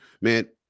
man